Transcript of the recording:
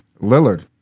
Lillard